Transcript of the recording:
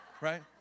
Right